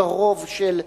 הקרוב של,